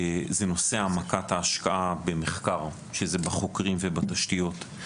נושא העמקת ההשקעה במחקר בחוקרים ובתשתיות.